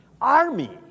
army